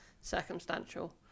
circumstantial